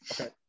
Okay